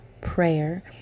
prayer